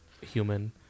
human